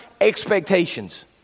expectations